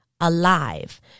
alive